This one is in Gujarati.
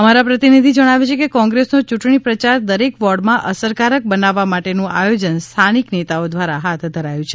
અમારા પ્રતિનિધિ જણાવે છે કે કોંગ્રેસનો ચૂંટણી પ્રયાર દરેક વોર્ડમાં અસરકારક બનાવવા માટેનું આયોજન સ્થાનિક નેતાઓ દ્વારા હાથ ધરાયું છે